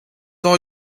all